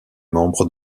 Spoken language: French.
membre